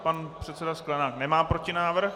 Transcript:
Pan předseda Sklenák nemá protinávrh.